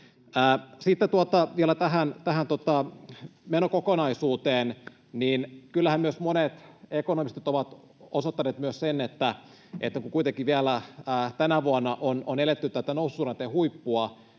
Sitten vielä tähän menokokonaisuuteen: kyllähän myös monet ekonomistit ovat osoittaneet sen, että kun kuitenkin vielä tänä vuonna on eletty tätä noususuhdanteen huippua,